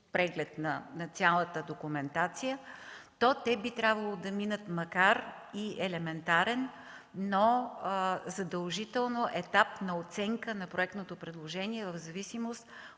на цялата документация, то те би трябвало да минат макар и елементарен, но задължително етап на оценка на проектното предложение в зависимост